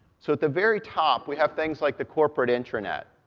so at the very top, we have things like the corporate intranet.